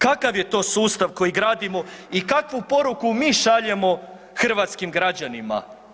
Kakav je to sustav koji gradimo i kakvu poruku mi šaljemo hrvatskim građanima?